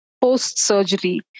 post-surgery